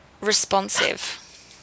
responsive